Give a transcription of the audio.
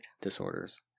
Disorders